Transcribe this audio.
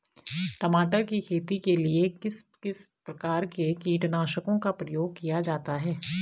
टमाटर की खेती के लिए किस किस प्रकार के कीटनाशकों का प्रयोग किया जाता है?